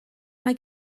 mae